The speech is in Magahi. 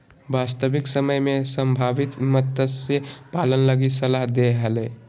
वास्तविक समय में संभावित मत्स्य पालन लगी सलाह दे हले